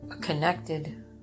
connected